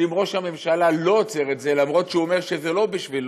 שאם ראש הממשלה לא עוצר את זה למרות שהוא אומר שזה לא בשבילו,